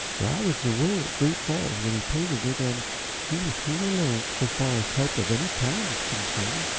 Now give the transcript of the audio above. for i was away at great falls when he painted it, and he was here alone, so far as help of any kind is concerned.